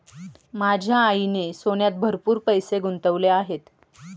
माझ्या आईने सोन्यात भरपूर पैसे गुंतवले आहेत